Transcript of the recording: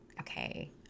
okay